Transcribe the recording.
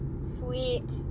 Sweet